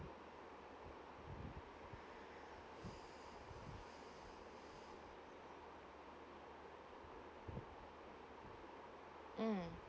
mm